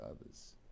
others